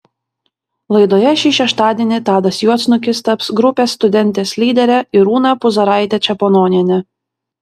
laidoje šį šeštadienį tadas juodsnukis taps grupės studentės lydere irūna puzaraite čepononiene